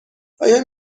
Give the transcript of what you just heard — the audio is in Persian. آیا